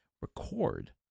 record